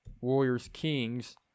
Warriors-Kings